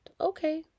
okay